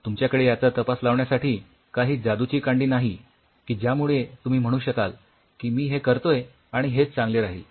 तुमच्याकडे याचा तपास लावण्यासाठी काही जादूची कांडी नाही की ज्यामुळे तुम्ही म्हणू शकाल की मी हे करतोय आणि हेच चांगले राहील